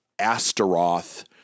Astaroth